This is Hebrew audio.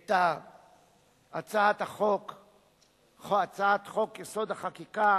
את הצעת חוק-יסוד: החקיקה